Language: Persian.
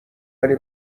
ولی